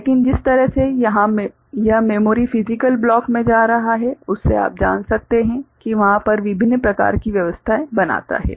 लेकिन जिस तरह से यह मेमोरी फिजिकल ब्लॉक में जा रहा है उससे आप जान सकते हैं कि वहां पर विभिन्न प्रकार की व्यवस्थाएं बनाता हैं